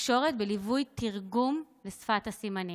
בתקשורת בליווי תרגום לשפת הסימנים.